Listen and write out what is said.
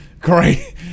Great